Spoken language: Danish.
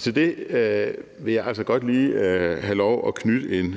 til det vil jeg altså godt lige have lov at knytte en